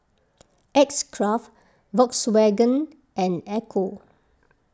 X Craft Volkswagen and Ecco